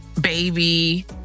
baby